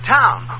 town